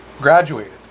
Graduated